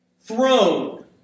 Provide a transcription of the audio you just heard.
throne